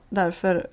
därför